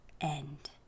end